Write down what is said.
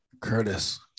Curtis